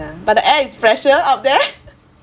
but the air is fresher up there